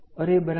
અરે બરાબર